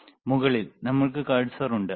മുകളിൽ നമ്മൾക്ക് കഴ്സർ ഉണ്ട്